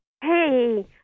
Hey